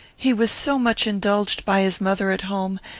he was so much indulged by his mother at home,